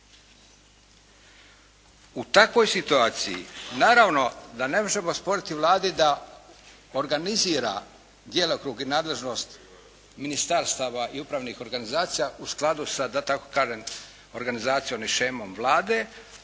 U takvoj situaciji naravno da ne možemo osporiti Vladi da organizira djelokrug i nadležnost ministarstava i upravnih organizacija u skladu sa da tako kažem organizacijom i shemom Vlade,